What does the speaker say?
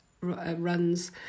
runs